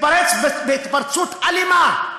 מתפרץ התפרצות אלימה,